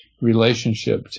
relationship